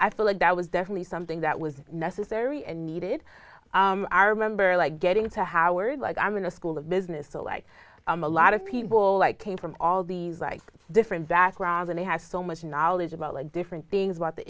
i feel like that was definitely something that was necessary and needed i remember like getting to howard like i'm going to school of business so like a lot of people i came from all these like different backgrounds and he has so much knowledge about different things about the